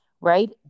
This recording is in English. right